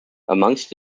amongst